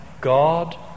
God